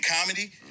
comedy